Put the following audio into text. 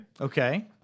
Okay